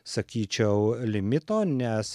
sakyčiau limito nes